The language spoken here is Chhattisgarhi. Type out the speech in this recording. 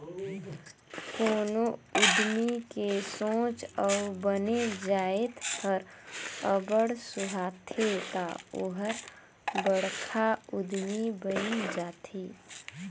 कोनो उद्यमी के सोंच अउ बने जाएत हर अब्बड़ सुहाथे ता ओहर बड़खा उद्यमी बइन जाथे